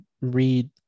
read